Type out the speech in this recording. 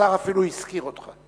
השר אפילו הזכיר אותך.